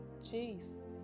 jeez